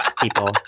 people